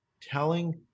telling